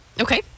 Okay